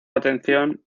atención